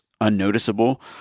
unnoticeable